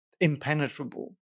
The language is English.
impenetrable